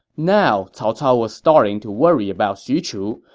now, cao cao was starting to worry about xu chu,